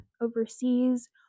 overseas